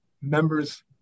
members